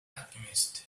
alchemist